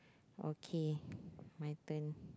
okay my turn